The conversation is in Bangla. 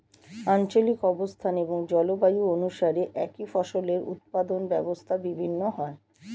আঞ্চলিক অবস্থান এবং জলবায়ু অনুসারে একই ফসলের উৎপাদন ব্যবস্থা ভিন্ন হয়